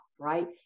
right